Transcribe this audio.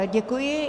Děkuji.